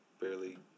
barely